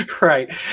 Right